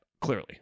Clearly